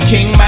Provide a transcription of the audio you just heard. King